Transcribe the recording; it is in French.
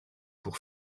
pour